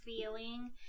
feeling